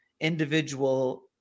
individual